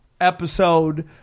episode